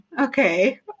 okay